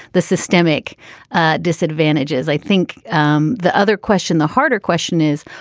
the systemic disadvantages. i think um the other question, the harder question is,